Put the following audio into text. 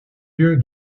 lieu